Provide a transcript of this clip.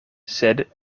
sed